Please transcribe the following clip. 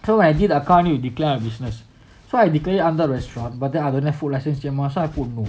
so I did account you declared a business so I declared it under restaurant but then I don't have food licensing mah so I put no